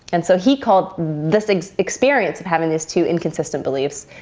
and so he called this experience of having this too. inconsistent beliefs,